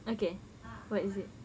okay what is it